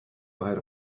without